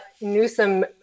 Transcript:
Newsom